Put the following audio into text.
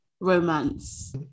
romance